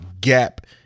gap